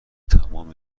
تمام